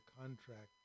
contract